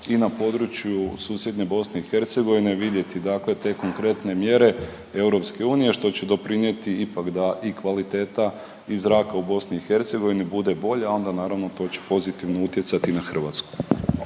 i na području susjedne BiH vidjeti dakle te konkretne mjere EU, što će doprinijeti ipak da i kvaliteta i zraka u BiH bude bolja, a onda naravno, to će pozitivno utjecati na Hrvatsku.